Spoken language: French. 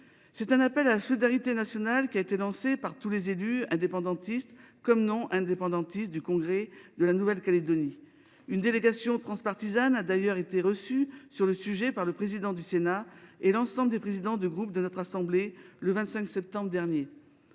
C’est un appel à la solidarité nationale qui a été lancé par tous les élus indépendantistes et non indépendantistes du congrès de la Nouvelle Calédonie. Le 25 septembre dernier, une délégation transpartisane a d’ailleurs été reçue à ce sujet par le président du Sénat et l’ensemble des présidents de groupe de notre assemblée. Si cet appel